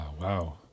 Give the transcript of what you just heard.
Wow